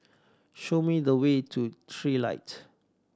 show me the way to Trilight